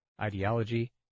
ideology